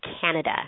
Canada